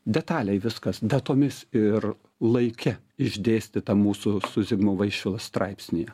detaliai viskas datomis ir laike išdėstyta mūsų su zigmu vaišvila straipsnyje